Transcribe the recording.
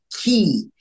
key